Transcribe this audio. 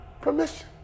permission